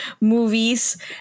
movies